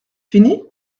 fini